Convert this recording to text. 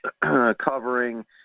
covering